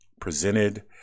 presented